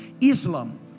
Islam